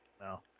No